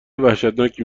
وحشتناکی